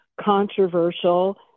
controversial